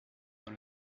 dans